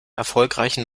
erfolgreichen